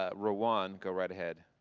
ah rowan, go right ahead.